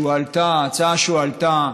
שהועלתה,